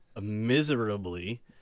miserably –